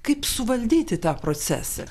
kaip suvaldyti tą procesą